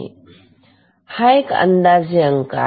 तर हे काही अंदाजे अंक आहेत